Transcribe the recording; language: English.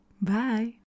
Bye